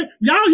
y'all